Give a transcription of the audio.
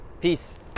Peace